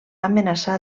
amenaçar